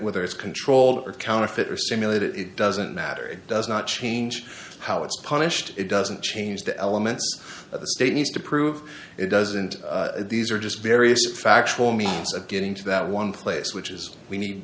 whether it's controlled or counterfeit or simulate it it doesn't matter it does not change how it's punished it doesn't change the elements that the state needs to prove it doesn't these are just various factual means of getting to that one place which is we need